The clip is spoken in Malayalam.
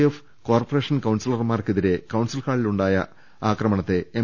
എ ഫ് കോർപ്പറേഷൻ കൌൺസിലർമാർക്കെതിരെ കൌൺസിൽ ഹാ ളിൽ ഉണ്ടായ ആക്രമത്തെ എം